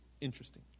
interesting